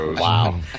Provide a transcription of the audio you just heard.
Wow